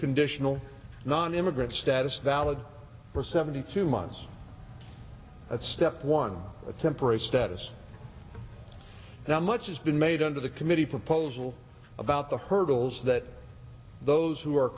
conditional nonimmigrant status valid for seventy two months that's step one a temporary status now much has been made under the committee proposal about the hurdles that those who are